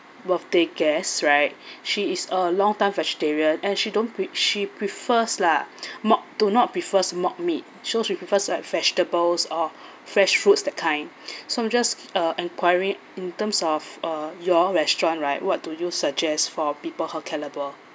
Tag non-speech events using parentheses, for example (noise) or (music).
birthday guests right (breath) she is a longtime vegetarian and she don't pre~ she prefers lah (breath) mock do not prefers mock meat so she prefers like vegetables or (breath) fresh fruits that kind (breath) so I'm just uh enquiry in terms of uh your restaurant right what do you suggest for people her calibre